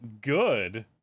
good